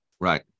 Right